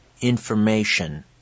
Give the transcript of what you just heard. information